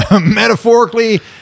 Metaphorically